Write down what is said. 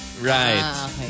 Right